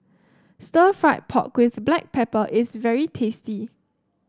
stir fry pork with Black Pepper is very tasty